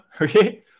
okay